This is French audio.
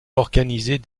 organiser